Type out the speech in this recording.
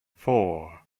four